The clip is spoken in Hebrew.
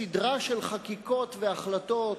בסדרה של חקיקות והחלטות,